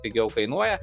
pigiau kainuoja